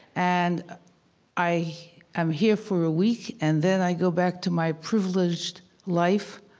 and i am here for a week, and then i go back to my privileged life